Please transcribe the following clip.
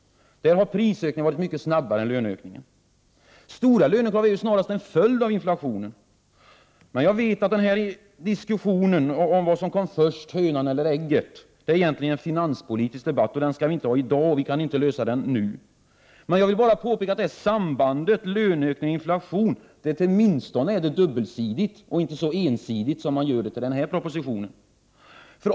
Den visar att prisökningen har varit mycket snabbare än löneökningen. Stora lönehöjningar är snarast en följd av inflationen, men diskussionen om vad som kom först — hönan eller ägget — är egentligen en finanspolitisk debatt, och den skall vi inte föra i dag. Vi kan inte lösa det problemet nu, men jag vill peka på att sambandet mellan löneökning och inflation åtminstone är dubbelsidigt och inte så ensidigt som man gör det till i propositionen.